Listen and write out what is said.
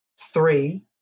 Three